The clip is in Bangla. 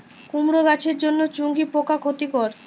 কুমড়ো গাছের জন্য চুঙ্গি পোকা ক্ষতিকর?